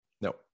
no